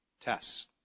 tests